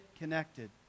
connected